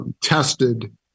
tested